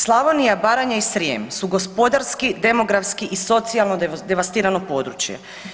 Slavonija, Baranja i Srijem su gospodarski, demografski i socijalno devastirano područje.